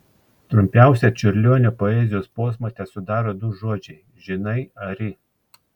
trumpiausią čiurlionio poezijos posmą tesudaro du žodžiai žinai ari